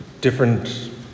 different